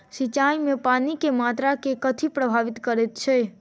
सिंचाई मे पानि केँ मात्रा केँ कथी प्रभावित करैत छै?